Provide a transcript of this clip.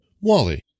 Wally